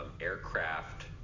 aircraft